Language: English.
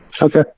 Okay